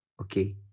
Okay